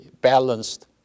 balanced